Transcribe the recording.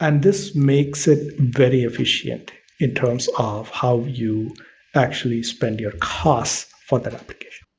and this makes it very efficient in terms of how you actually spend your cost for that application